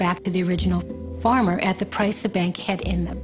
back to the original farmer at the price the bank had in the